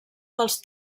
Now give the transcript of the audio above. dels